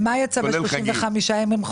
ומה יצא ב-35 ימים?